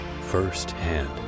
firsthand